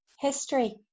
history